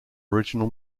original